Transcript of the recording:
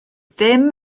dim